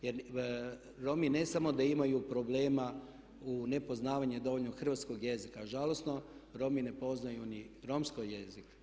Jer Romi ne samo da imaju problema u nepoznavanju dovoljno hrvatskog jezika a žalosno, Romi ne poznaju ni romski jezik.